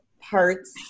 parts